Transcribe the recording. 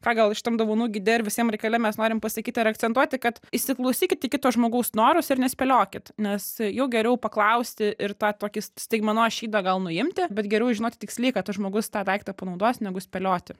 ką gal šitam dovanų gide ir visiem reikale mes norim pasakyti ir akcentuoti kad įsiklausykit į kito žmogaus norus ir nespėliokit nes jau geriau paklausti ir tą tokį staigmenos šydą gal nuimti bet geriau žinoti tiksliai kad tas žmogus tą daiktą panaudos negu spėlioti